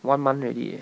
one month already eh